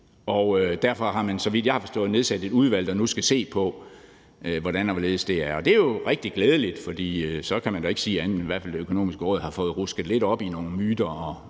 Derfor har man, så vidt jeg har forstået, nedsat et udvalg, der nu skal se på, hvordan og hvorledes det er. Det er jo rigtig glædeligt, for så kan man da ikke sige andet, end at Det Økonomiske Råd i hvert fald har fået rusket lidt op i nogle myter